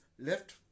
left